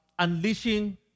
Unleashing